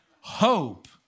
Hope